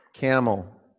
Camel